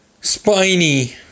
Spiny